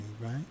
right